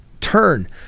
turn